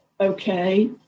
okay